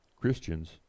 Christians